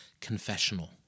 confessional